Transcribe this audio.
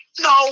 No